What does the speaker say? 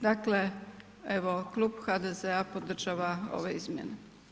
Dakle, evo Klub HDZ-a podržava ove izmjene.